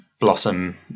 blossom